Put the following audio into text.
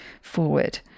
forward